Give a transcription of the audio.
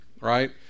right